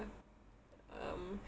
uh um